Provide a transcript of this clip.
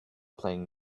playing